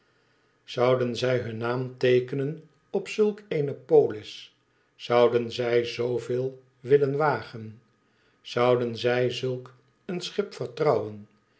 zouden zij hun naam teekenen op zulk eene polis zouden zij zooveel willen wagen zouden zij zulk een schip vertrouwen